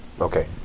Okay